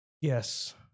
Yes